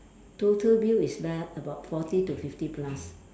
total bill is about forty to fifty plus